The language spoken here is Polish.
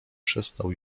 przestał